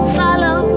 follow